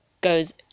goes